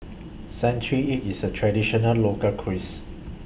Century Egg IS A Traditional Local Cuisine